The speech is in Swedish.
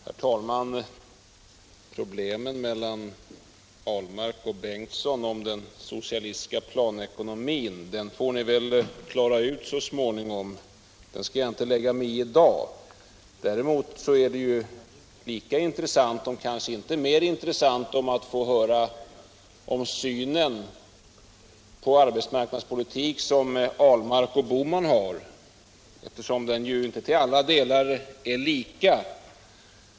Herr talman! Striden mellan Per Ahlmark och Ingemund Bengtsson om den socialistiska planekonomin får de väl så småningom klara upp. Den skall jag inte lägga mig i i dag. Däremot skulle det vara lika om inte än mer intressant att få höra vilken syn på arbetsmarknadspolitiken som Per Ahlmark och Gösta Bohman har, eftersom deras uppfattningar inte till alla delar är lika.